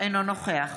אינו נוכח